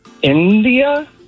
India